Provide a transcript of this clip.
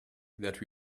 that